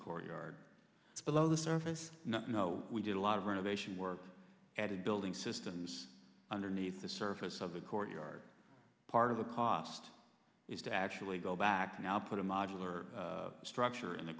courtyard below the surface no we did a lot of renovation work at a building systems underneath the surface of the courtyard part of the cost is to actually go back now put a modular structure in the